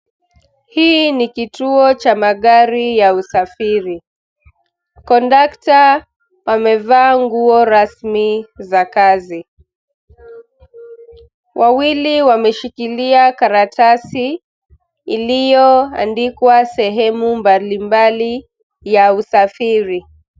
Hii ni kituo cha magari ya usafiri. Kondakta wamevaa nguo rasmi za kazi. Wawili wameshikilia karatasi ilivyoandikwa sehemu mbalimbali ya usafiri.